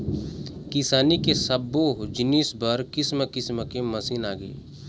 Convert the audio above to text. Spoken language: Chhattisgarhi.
किसानी के सब्बो जिनिस बर किसम किसम के मसीन आगे हे